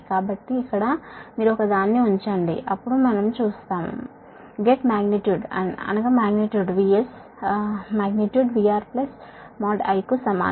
కాబట్టి ఇక్కడ మీరు ఒకదాన్ని ఉంచండి అప్పుడు మనము చేస్తాము magnitude VS magnitude VR | I | R cos R IX sin R కు సమానం